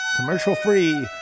commercial-free